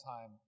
time